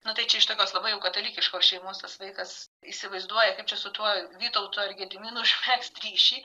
nu tai čia iš tokios labai jau katalikiškos šeimos vaikas įsivaizduoja kaip čia su tuo vytautu ar gediminu užmegzt ryšį